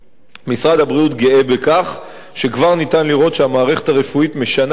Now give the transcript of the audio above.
משרד הבריאות גאה בכך שכבר אפשר לראות שהמערכת הרפואית משנה את פניה